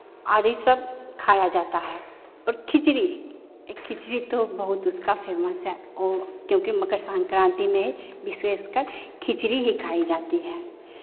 आदि सब खाया जाता है और खिचड़ी खिचड़ी तो बहुत उसका फेमस है ओ क्योंकि मकर संक्रांति में विशेषकर खिचड़ी ही खाई जाती है